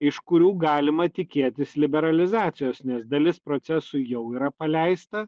iš kurių galima tikėtis liberalizacijos nes dalis procesų jau yra paleista